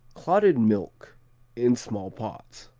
clotted milk in small pots.